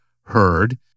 heard